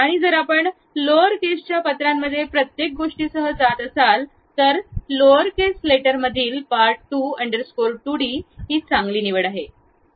आणि जर आपण लोअर केसच्या पत्रांमध्ये प्रत्येक गोष्टीसह जात असाल तर लोअर केस लेटरमधील पार्ट 2 अंडरस्कोर 2 डी ही चांगली निवड आहे